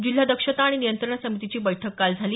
जिल्हा दक्षता आणि नियंत्रण समितीची बैठक काल झाली